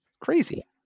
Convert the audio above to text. Crazy